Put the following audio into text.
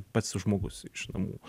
pats žmogus iš namų